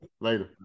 Later